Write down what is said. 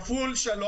כפול 3,